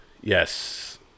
yes